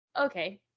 okay